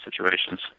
situations